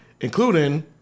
including